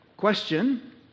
Question